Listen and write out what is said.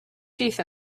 teeth